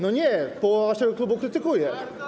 No nie, połowa waszego klubu krytykuje.